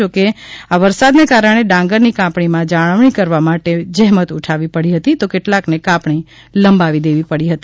જો કે આ વરસાદને કારણે ડાંગરની કાપણીમાં જાળવણી કરવા માટે જ્રેમત ઉઠાવવી પડી હતી તો કેટલાકને કાપણી લંબાવી દેવી પડશે